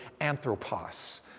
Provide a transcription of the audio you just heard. anthropos